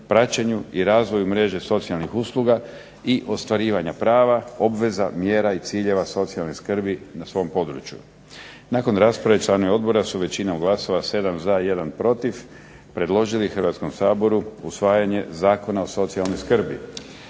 praćenju i razvoju mreže socijalnih usluga i ostvarivanja prava, obveza, mjera i ciljeva socijalne skrbi na svom području. Nakon rasprave članovi odbora su većinom glasova, 7 za i 1 protiv predložili Hrvatskom saboru usvajanje Zakona o socijalnoj skrbi.